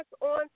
on